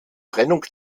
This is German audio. trennung